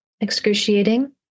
excruciating